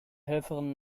helferin